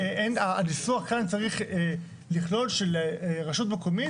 הניסוח כאן צריך לכלול שלרשות מקומית